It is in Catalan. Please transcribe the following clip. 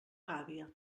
gàbia